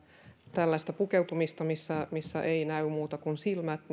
tällaista pukeutumista missä missä ei näy muuta kuin silmät